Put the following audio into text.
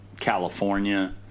California